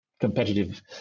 Competitive